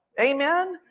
Amen